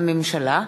הממשלה,